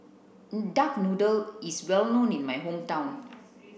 duck noodle is well known in my hometown